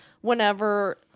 whenever